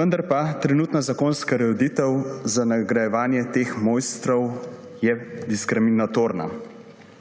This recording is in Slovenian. vendar pa je trenutna zakonska ureditev za nagrajevanje teh mojstrov diskriminatorna.